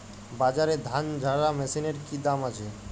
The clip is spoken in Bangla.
বাজারে ধান ঝারা মেশিনের কি দাম আছে?